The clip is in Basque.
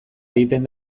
egiten